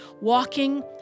walking